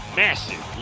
massive